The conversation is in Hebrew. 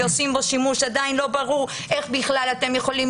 ועושים בו שימוש עדיין לא ברור איך אתם יכולים